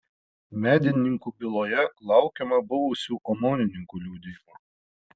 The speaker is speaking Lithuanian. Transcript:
medininkų byloje laukiama buvusių omonininkų liudijimų